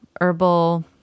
herbal